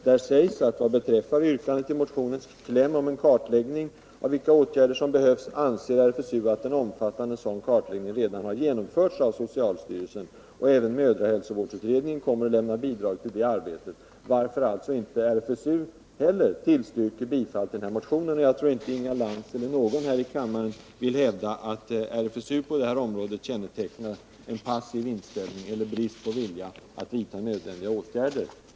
Där sägs att, vad beträffar yrkandet i motionens kläm på en kartläggning av vilka åtgärder som behövs, RFSU anser att en omfattande sådan kartläggning redan har genomförts av socialstyrelsen och att även mödrahälsovårdsutredningen kommer att lämna bidrag till det arbetet. Därför tillstyrker inte heller RFSU bifall till motionen. Jag tror inte att Inga Lantz eller någon här i kammaren vill hävda att RFSU på detta område kännetecknas av en passiv inställning eller brist på vilja att vidta nödvändiga åtgärder.